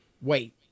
wait